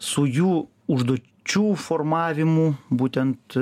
su jų užduočių formavimu būtent